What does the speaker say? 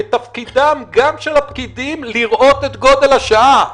מתפקידים גם של הפקידים לראות את גודל השעה,